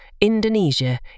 Indonesia